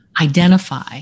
identify